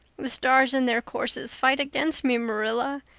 the stars in their courses fight against me, marilla.